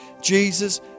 Jesus